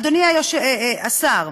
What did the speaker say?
אדוני השר,